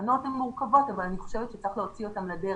התקנות הן מורכבות אבל אני חושבת שצריך להוציא אותן לדרך.